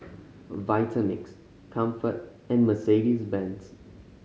Vitamix Comfort and Mercedes Benz